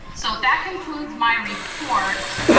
so that concludes my report.